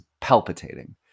palpitating